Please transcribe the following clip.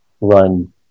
run